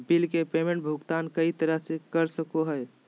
bill के payment भुगतान कई तरह से कर सको हइ